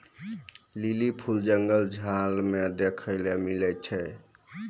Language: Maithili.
लीली फूल जंगल झाड़ मे देखै ले मिलै छै